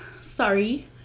sorry